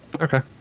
Okay